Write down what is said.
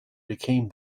became